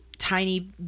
tiny